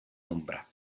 ombra